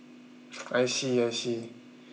I see I see